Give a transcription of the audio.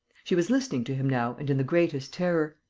she was listening to him now and in the greatest terror.